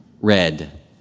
red